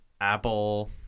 Apple